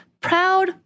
proud